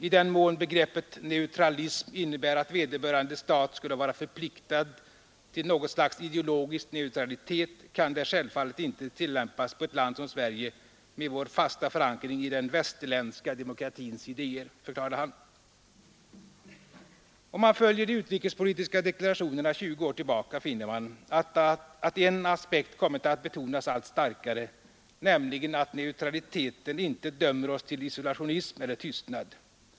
”I den mån begreppet ”neutralism” innebär att vederbörande stat skulle vara förpliktad till något slags ideologisk neutralitet, kan det självfallet inte tillämpas på ett land som Sverige, med vår fasta förankring i den västerländska demokratins idéer”, förklarade han. Om man följer de utrikespolitiska deklarationerna 20 år tillbaka finner man, att en aspekt kommit att betonas allt starkare, nämligen att neutraliteten inte dömer oss till isolationism eller tystnad.